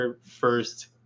first